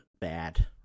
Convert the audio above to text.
bad